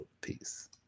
Peace